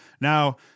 Now